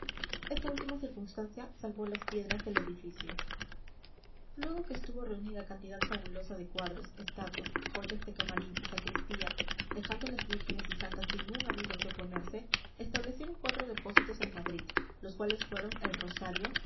esta última circunstancia salvó las piedras del edificio luego que estuvo reunida cantidad fabulosa de cuadros estatuas joyas de camarín y sacristía dejando a las vírgenes y santas sin un anillo que ponerse establecieron cuatro depósitos en madrid los cuales fueron el rosario